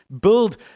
build